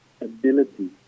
ability